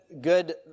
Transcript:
good